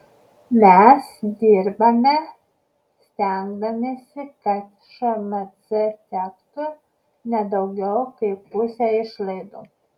mes dirbame stengdamiesi kad šmc tektų ne daugiau kaip pusė išlaidų